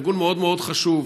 ארגון מאוד מאוד חשוב,